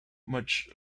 much